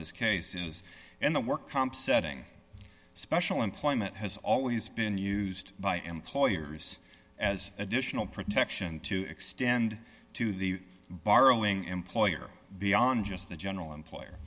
this case is in the work comp setting special employment has always been used by employers as additional protection to extend to the borrowing employer beyond just the general employer